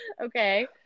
okay